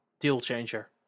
deal-changer